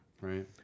Right